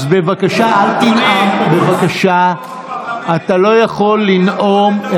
אז בבקשה, אתה לא יכול לנאום.